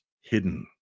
hidden